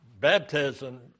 baptism